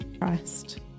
Christ